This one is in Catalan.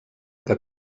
que